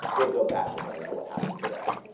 we'll go back and we'll know what happened to them.